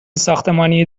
ساختمانی